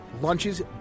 Lunches